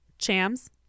chams